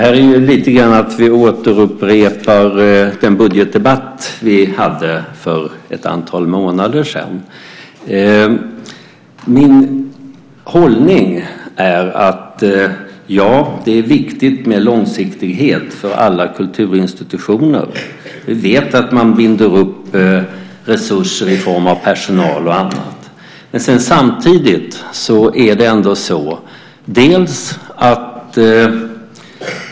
Fru talman! Vi återupprepar den budgetdebatt vi hade för ett antal månader sedan. Min hållning är att jag tycker att det är viktigt med långsiktighet för alla kulturinstitutioner. Vi vet att man binder upp resurser i form av personal och annat.